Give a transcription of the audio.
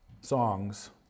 songs